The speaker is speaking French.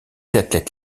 athlètes